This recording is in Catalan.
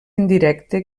indirecte